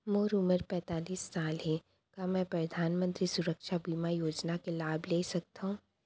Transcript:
मोर उमर पैंतालीस साल हे का मैं परधानमंतरी सुरक्षा बीमा योजना के लाभ ले सकथव?